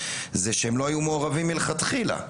זה שהם לא היו מעורבים מלכתחילה.